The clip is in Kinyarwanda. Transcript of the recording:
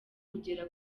kugera